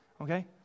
okay